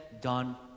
done